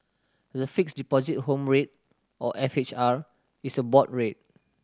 the Fixed Deposit Home Rate or F H R is a board rate